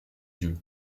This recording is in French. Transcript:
yeux